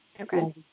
Okay